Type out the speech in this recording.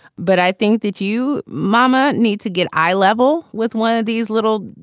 but i think that you mama needs to get eye level with one of these little.